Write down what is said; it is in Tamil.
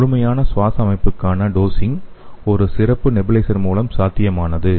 முழுமையான சுவாச அமைப்புக்கான டோசிங் முன்னர் ஒரு சிறப்பு நெபுலைசர் மூலம் சாத்தியமானது